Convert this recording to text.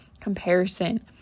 comparison